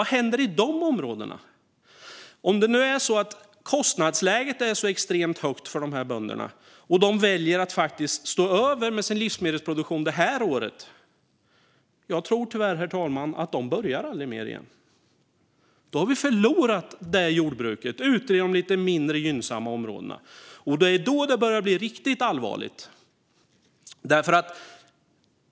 Vad händer i de områdena? Kostnadsläget är så extremt högt för de bönderna, och de väljer att stå över med sin livsmedelsproduktion det här året. Jag tror tyvärr, herr talman, att de aldrig mer börjar igen. Då har vi förlorat det jordbruket ute i de lite mindre gynnsamma områdena. Det är då det börjar bli riktigt allvarligt.